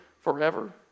forever